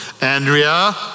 Andrea